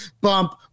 bump